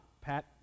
pat